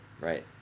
Right